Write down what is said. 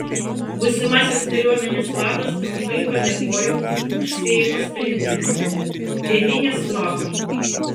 būsimasis kariuomenės vadas trumpai padėkojo už seimo sprendimą tėvynės labui